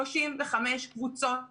בין 35 קבוצות בשבוע.